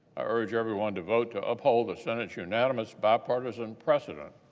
i urge everyone to vote to uphold the senate's unanimous bipartisan precedent